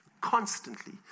constantly